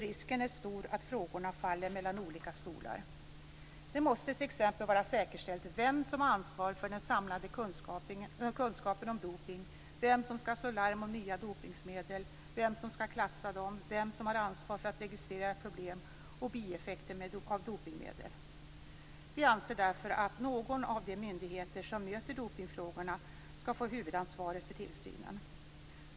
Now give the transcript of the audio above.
Risken är stor att frågorna faller mellan olika stolar. Det måste t.ex. vara säkerställt vem som har ansvar för den samlade kunskapen om dopning, vem som skall slå larm om nya dopningsmedel, vem som skall klassa dem och vem som har ansvar för att registrera problem och bieffekter av dopningsmedel. Vi anser därför att någon av de myndigheter som möter dopningsfrågorna skall få huvudansvaret för tillsynen.